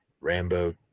Rambo